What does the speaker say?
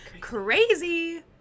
Crazy